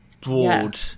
broad